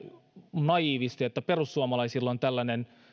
naiivisti että perussuomalaisilla on tällainen